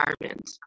environment